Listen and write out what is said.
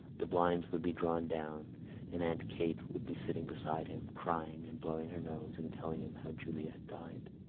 the blinds would be drawn down and aunt kate would be sitting beside him, crying and blowing her nose and telling him how julia had died.